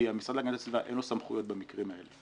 כי המשרד להגנת הסביבה אין לו סמכויות במקרים האלה.